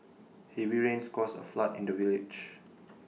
heavy rains caused A flood in the village